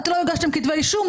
לא הגשתם כתבי אישום,